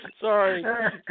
Sorry